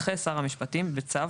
ידחה שר המשפטים בצו,